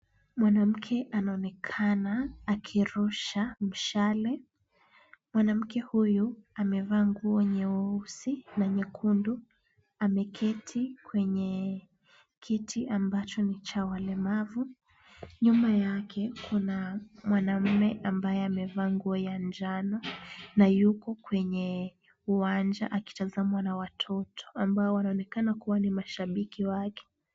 Mwanamke anaonekana akirusha mshale, mwanamke huyu amevaa nguo nyeusi na nyekundu, ameketi kwenye kiti ambacho ni cha walemavu. Nyuma yake kuna mwanaume ambaye amevaa nguo ya njano na yuko kwenye uwanja akitazamwa na watoto ambao wanaonekana kuwa ni mashabiki wake.